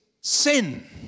sin